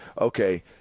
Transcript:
okay